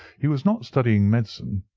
he was not studying medicine.